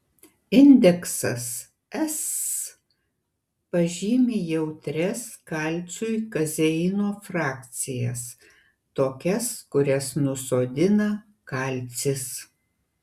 indeksas s pažymi jautrias kalciui kazeino frakcijas tokias kurias nusodina kalcis